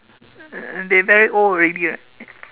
they very old already right